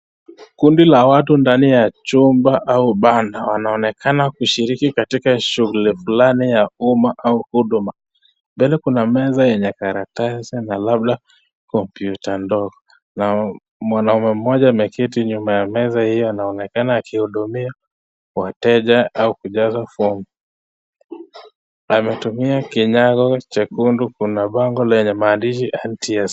Kundi la watu ndani ya chumba au Banda , wanaonekana kushiriki katika shughuli Fulani ya uma au huduma. Mbele Kuna meza au karatasi na labda kompyutandogo . Mwana...Mwanaume mmoja ameketi nyuma ya meza hiyo na anaonekana akihudumia wateja au kujaza fomu . Ametumia kinyago chekundu. Kuna bango limeandikwa maandishi NTSA.